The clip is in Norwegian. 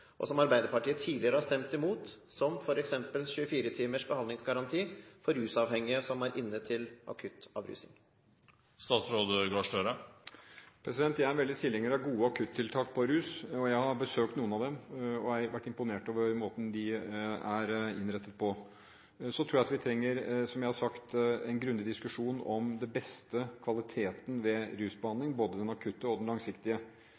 og som Arbeiderpartiet tidligere har stemt imot, som f.eks. 24 timers behandlingsgaranti for rusavhengige som er inne til akutt avrusning? Jeg er veldig tilhenger av gode akuttiltak for rus. Jeg har besøkt noen av dem, og jeg er imponert over måten de er innrettet på. Så tror jeg, som jeg har sagt, at vi trenger en grundig diskusjon om den beste kvaliteten ved rusbehandling – både den akutte og den langsiktige.